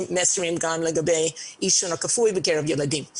מסרים לגבי העישון הכפוי בקרב ילדים.